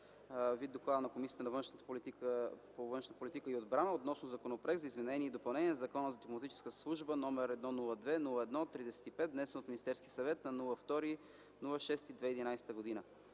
на Доклада на Комисията по външна политика и отбрана относно Законопроект за изменение и допълнение на Закона за дипломатическата служба, № 102-01-35, внесен от Министерския съвет на 2 юни 2011 г.